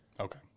okay